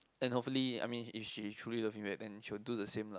and hopefully I mean if she truly love me right then she will do the same lah